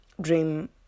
dream